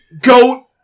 Goat